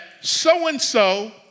so-and-so